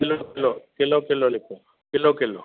kilo kilo kilo kilo लिखियोसि kilo kilo